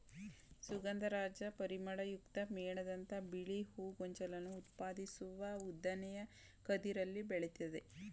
ಸುಗಂಧರಾಜ ಪರಿಮಳಯುಕ್ತ ಮೇಣದಂಥ ಬಿಳಿ ಹೂ ಗೊಂಚಲನ್ನು ಉತ್ಪಾದಿಸುವ ಉದ್ದನೆಯ ಕದಿರಲ್ಲಿ ಬೆಳಿತದೆ